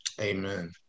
Amen